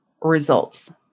results